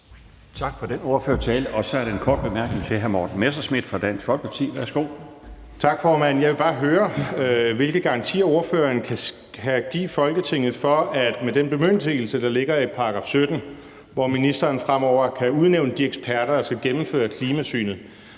Tak for den ordførertale. Så er der en kort bemærkning fra hr. Morten Messerschmidt fra Dansk Folkeparti. Værsgo. Kl. 16:07 Morten Messerschmidt (DF): Tak, formand. Jeg vil bare høre, hvilke garantier ordføreren kan give Folketinget i forhold til den bemyndigelse, der ligger i § 17, hvor ministeren fremover kan udnævne de eksperter, der skal gennemføre klimasynet.